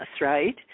right